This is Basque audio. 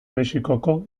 mexikoko